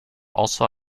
also